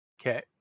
Okay